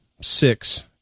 Six